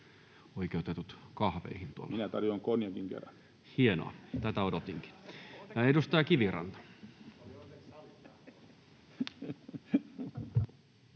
Minä tarjoan konjakin kera! — Naurua] — Hienoa, tätä odotinkin. — Ja edustaja Kiviranta.